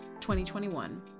2021